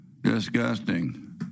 disgusting